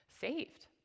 saved